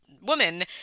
woman